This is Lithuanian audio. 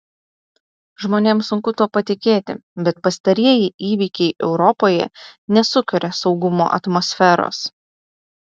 žmonėms sunku tuo patikėti bet pastarieji įvykiai europoje nesukuria saugumo atmosferos